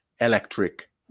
electric